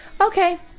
okay